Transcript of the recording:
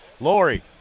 Lori